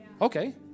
Okay